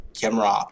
camera